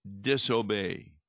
disobey